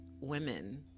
women